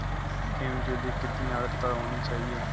गेहूँ के लिए कितनी आद्रता होनी चाहिए?